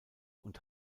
und